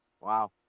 wow